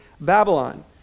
Babylon